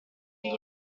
gli